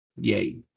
Yay